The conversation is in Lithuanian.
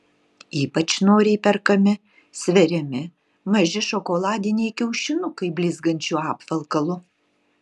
ypač noriai perkami sveriami maži šokoladiniai kiaušinukai blizgančiu apvalkalu